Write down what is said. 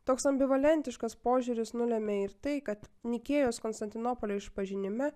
toks ambivalentiškas požiūris nulemia ir tai kad nikėjos konstantinopolio išpažinime